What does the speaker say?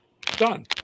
Done